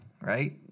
right